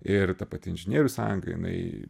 ir ta pati inžinierių sąjunga jinai